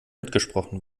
mitgesprochen